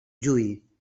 juí